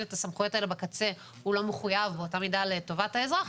את הסמכויות האלה בקצה לא מחויב באותה מידה לטובת האזרח,